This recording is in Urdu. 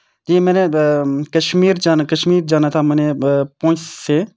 جی میں نے کشمیر جانا کشمیر جانا تھا میں نے پونچھ سے